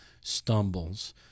stumbles